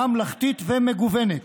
ממלכתית ומגוונת.